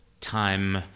time